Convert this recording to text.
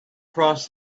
across